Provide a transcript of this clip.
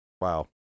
Wow